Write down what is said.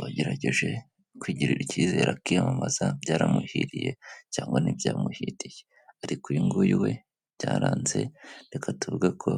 Bagerageje kwigirira icyizere akiyamamaza byaramuhiriye cyangwa ntiibyamuhiriye, ariko uyuguyu we byaranze reka tuvuge ko